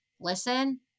listen